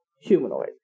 humanoid